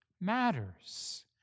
matters